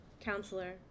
Counselor